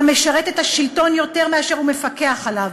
המשרת את השלטון יותר מאשר הוא מפקח עליו,